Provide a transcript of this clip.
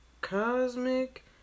cosmic